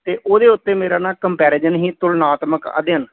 ਅਤੇ ਉਹਦੇ ਉੱਤੇ ਮੇਰਾ ਨਾ ਕੰਪੈਰੀਜ਼ਨ ਸੀ ਤੁਲਨਾਤਮਕ ਅਧਿਐਨ